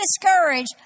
discouraged